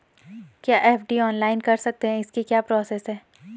क्या FD online कर सकते हैं इसकी क्या प्रोसेस है?